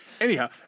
Anyhow